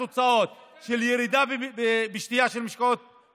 אנחנו רואים את התוצאות בירידה בשתייה של משקאות ממותקים.